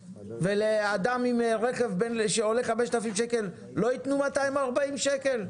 ולאדם עם רכב שעולה 5,000 שקל לא ייתנו 240 שקל?